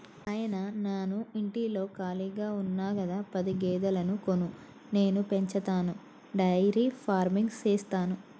నాయిన నాను ఇంటిలో కాళిగా ఉన్న గదా పది గేదెలను కొను నేను పెంచతాను డైరీ ఫార్మింగ్ సేస్తాను